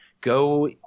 go